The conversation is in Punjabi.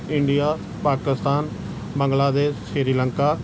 ਇੰਡੀਆ ਪਾਕਿਸਤਾਨ ਬੰਗਲਾਦੇਸ਼ ਸ੍ਰੀ ਲੰਕਾ